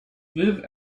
live